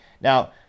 Now